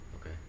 Okay